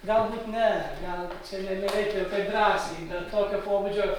galbūt ne gal čia ne nereikia jau taip drąsiai bet tokio pobūdžio